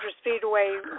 Speedway